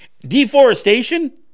Deforestation